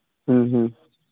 ᱦᱮᱸ ᱦᱮᱸ